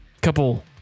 couple